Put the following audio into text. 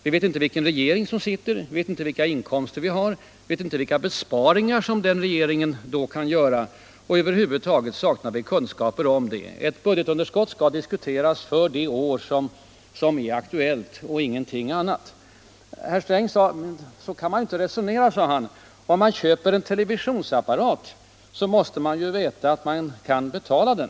Vi vet ju inte vilken regering som sitter då eller vilka inkomster vi har, och vi vet inte heller vilka besparingar som den regeringen då kan göra — över huvud taget saknar vi kunskaper om det året. Ett budgetunderskott skall diskuteras för det år som är aktuellt och inte för något annat år. Herr Sträng sade att så kan man inte resonera; om man köper en televisionsapparat, måste man väl veta att man kan betala den!